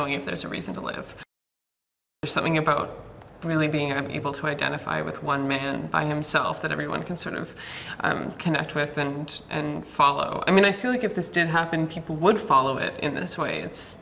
knowing if there's a reason to live or something about really being able to identify with one man by himself that everyone can sort of connect with and follow i mean i feel like if this did happen people would follow it in this way it's